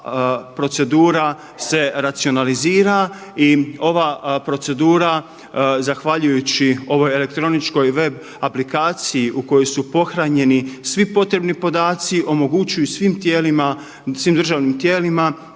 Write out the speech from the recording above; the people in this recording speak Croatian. procedura se racionalizira i ova procedura zahvaljujući ovoj elektroničkoj web aplikaciji u koju su pohranjeni svi potrebni podaci omogućuju svim tijelima,